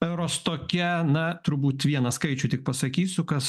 eurostoke tokie na turbūt vieną skaičių tik pasakysiu kas